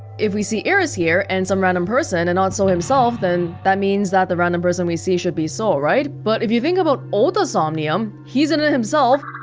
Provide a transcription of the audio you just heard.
if we see iris here, and some random person and not so himself, then that means that the random person that we see should be so, right? but if you think about ota's somnium, he's in it himself,